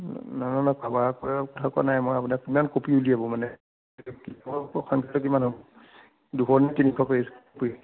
না না না ভাবাৰ কথা কোৱা নাই আপোনাক কিমান ক'পি উলিয়াব মানে দুশ নে তিনিশ পেজ